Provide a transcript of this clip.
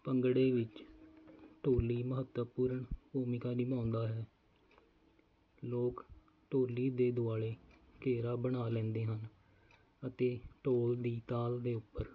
ਭੰਗੜੇ ਵਿੱਚ ਢੋਲੀ ਮਹੱਤਵਪੂਰਨ ਭੂਮਿਕਾ ਨਿਭਾਉਂਦਾ ਹੈ ਲੋਕ ਢੋਲੀ ਦੇ ਦੁਆਲੇ ਘੇਰਾ ਬਣਾ ਲੈਂਦੇ ਹਨ ਅਤੇ ਢੋਲ ਦੀ ਤਾਲ ਦੇ ਉੱਪਰ